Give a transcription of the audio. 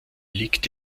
liegt